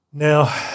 Now